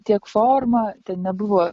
tiek forma ten nebuvo